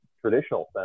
traditional